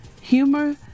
Humor